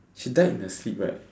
she died in her sleep right